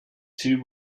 two